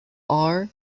are